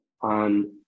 on